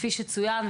כפי שצוין,